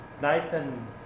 Nathan